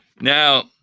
Now